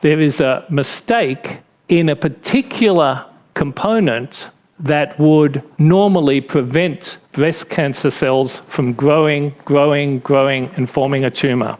there is a mistake in a particular component that would normally prevent breast cancer cells from growing, growing, growing and forming a tumour.